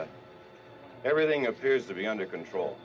them everything appears to be under control